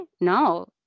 No